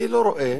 אני לא רואה